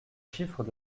chiffres